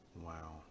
wow